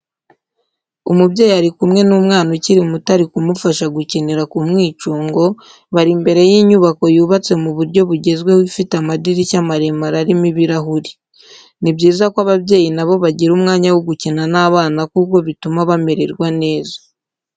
Umubyeyi ari kumwe n'umwana ukiri muto ari kumufasha gukinira ku mwicungo, bari imbere y'inyubako yubatse mu buryo bugezweho ifite amadirishya maremare arimo ibirahuri. Ni byiza ko ababyeyi nabo bagira umwanya wo gukina n'abana kuko bituma bamererwa neza.